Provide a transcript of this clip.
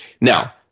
Now